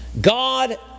God